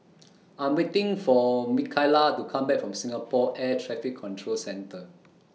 I'm waiting For Mikaila to Come Back from Singapore Air Traffic Control Centre